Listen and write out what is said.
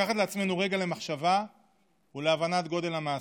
לקחת לעצמנו רגע למחשבה ולהבנת גודל המעשה.